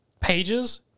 pages